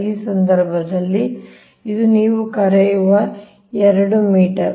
ಈ ಸಂದರ್ಭದಲ್ಲಿ ಇದು ನೀವು ಕರೆಯುವ 2 ಮೀಟರ್